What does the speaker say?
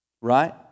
right